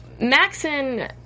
Maxon